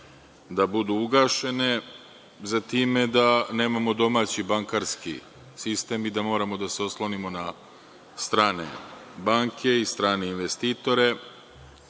da budu ugašene, za time da nemamo domaći bankarski sistem i da moramo da se oslonimo na strane banke i strane investitore. Ne